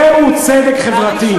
זה צדק חברתי.